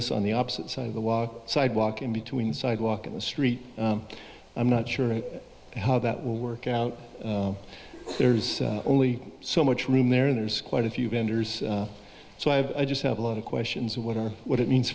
us on the opposite side of the walk sidewalk in between the sidewalk in the street i'm not sure how that will work out there's only so much room there there's quite a few vendors so i just have a lot of questions of what or what it means